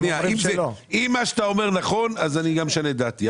אם מה שאתה אומר נכון, אז אני משנה את דעתי.